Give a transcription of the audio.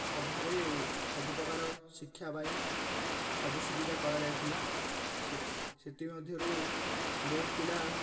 ସଭାରେ ସବୁ ପ୍ରକାର ଶିକ୍ଷା ପାଇଁ ସବୁ ସୁବିଧା କରା ଯାଇଥିଲା ସେ ସେଥିମଧ୍ୟରୁ ବହୁତ ପିଲା